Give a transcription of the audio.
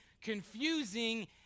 confusing